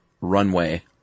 runway